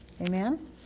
amen